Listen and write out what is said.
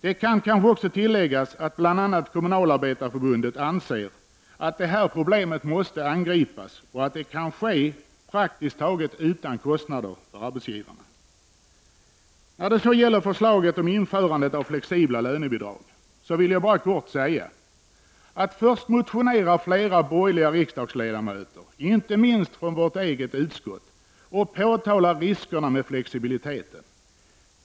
Det kan kanske också tilläggas att bl.a. Kommunalarbetareförbundet anser att det här problemet måste angripas och att detta kan ske praktiskt taget utan kostnader för arbetsgivaren. När det gäller förslaget om införandet av flexibla lönebidrag, ser vi först att flera borgerliga riskdagsledamöter, inte minst från vårt eget utskott, motionerar och påtalar riskerna med flexibiliteten.